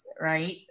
right